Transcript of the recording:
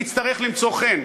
נצטרך למצוא חן,